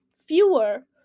fewer